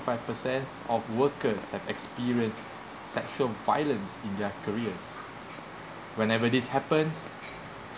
five percent of workers has experienced sexual violence in their careers whenever this happens